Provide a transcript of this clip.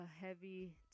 heavy